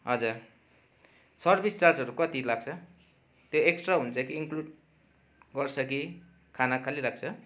हजुर सर्भिस चार्जहरू कति लाग्छ त्यो एक्स्ट्रा हुन्छ कि इनक्ल्युड गर्छ कि खानाको खालि राख्छ